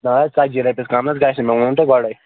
نَہ حظ ژتجی رۄپیہِ کَم نَہ حظ گَژھِ نہٕ مےٚ ووٚنوٕ تُہۍ گۄڈَے